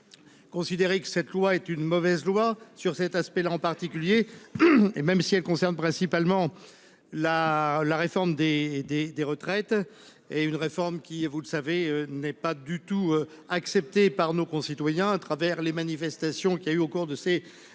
pour. Considérer que cette loi est une mauvaise loi sur cet aspect-là en particulier. Et même si elle concerne principalement la la réforme des des des retraites est une réforme qui est vous le savez n'est pas du tout. Acceptée par nos concitoyens à travers les manifestations qu'il a eu au cours de ces derniers